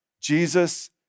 Jesus